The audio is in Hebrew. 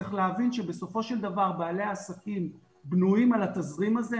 צריך להבין שבסופו של דבר בעלי העסקים בנויים על התזרים הזה,